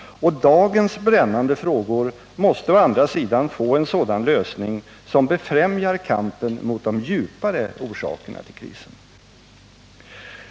Och dagens brännande frågor måste å andra sidan få en sådan lösning som befrämjar kampen mot de djupare orsakerna till krisen.